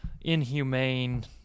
inhumane